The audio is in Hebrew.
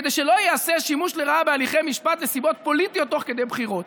כדי שלא ייעשה שימוש לרעה בהליכי משפט מסיבות פוליטיות תוך כדי בחירות.